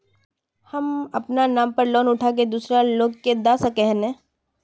हम अपना नाम पर लोन उठा के दूसरा लोग के दा सके है ने